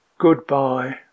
Goodbye